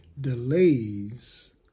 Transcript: Delays